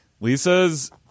Lisa's